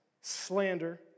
slander